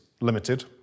limited